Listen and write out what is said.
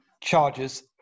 charges